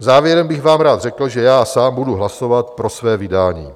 Závěrem bych vám rád řekl, že já sám budu hlasovat pro své vydání.